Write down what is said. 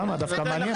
זה דווקא מעניין.